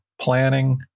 planning